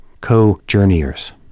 co-journeyers